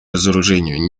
разоружению